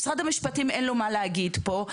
למשרד המשפטים אין מה להגיד פה,